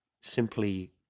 simply